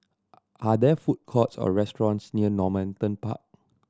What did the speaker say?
are there food courts or restaurants near Normanton Park